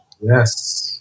yes